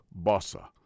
Bossa